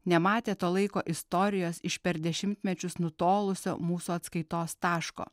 nematė to laiko istorijos iš per dešimtmečius nutolusio mūsų atskaitos taško